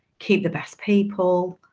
keep the best people,